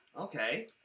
Okay